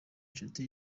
nshuti